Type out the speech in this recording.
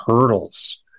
hurdles